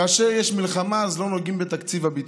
כאשר יש מלחמה, לא נוגעים בתקציב הביטחון,